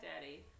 daddy